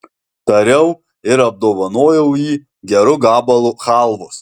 tariau ir apdovanojau jį geru gabalu chalvos